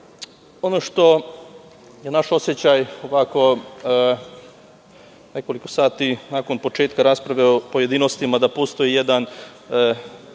što je naš osećaj je, ovako nekoliko sati nakon početka rasprave u pojedinostima, da postoji jedan